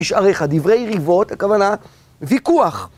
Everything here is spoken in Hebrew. נשאר לך. "דברי ריבות", הכוונה, ויכוח.